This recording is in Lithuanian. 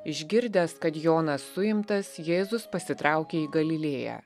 išgirdęs kad jonas suimtas jėzus pasitraukė į galilėją